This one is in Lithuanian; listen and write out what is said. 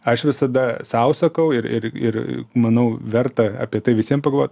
aš visada sau sakau ir ir ir manau verta apie tai visiem pagalvo